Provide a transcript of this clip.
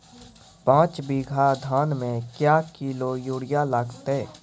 पाँच बीघा धान मे क्या किलो यूरिया लागते?